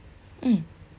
mm